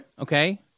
Okay